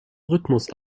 rhythmus